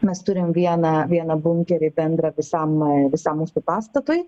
mes turim vieną vieną bunkerį bendrą visam visam mūsų pastatui